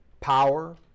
power